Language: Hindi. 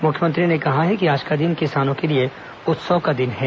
मुख्यमंत्री ने कहा है कि आज का दिन किसानों के लिए उत्सव का दिन है